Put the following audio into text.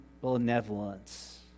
benevolence